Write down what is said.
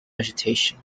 vegetation